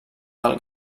del